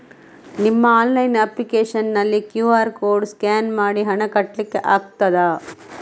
ನಿಮ್ಮ online application ನಲ್ಲಿ QR code scan ಮಾಡಿ ಹಣ ಕಟ್ಲಿಕೆ ಆಗ್ತದ?